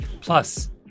Plus